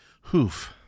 Hoof